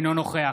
אינו נוכח